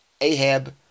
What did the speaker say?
Ahab